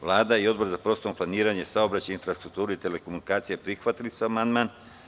Vlada i Odbor za prostorno planiranje, saobraćaj, infrastrukturu i telekomunikacije prihvatili su amandman.